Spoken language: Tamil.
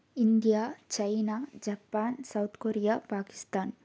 India China Japan South Korea Pakistan